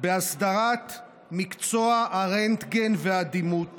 באסדרת מקצוע הרנטגן והדימות